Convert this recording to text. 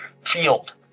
field